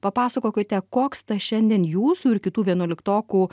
papasakokite koks tas šiandien jūsų ir kitų vienuoliktokų